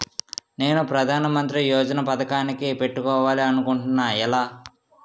నేను ప్రధానమంత్రి యోజన పథకానికి పెట్టుకోవాలి అనుకుంటున్నా ఎలా?